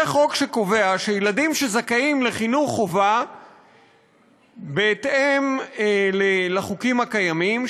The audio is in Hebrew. זה חוק שקובע שילדים שזכאים לחינוך חובה בהתאם לחוקים הקיימים,